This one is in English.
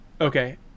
Okay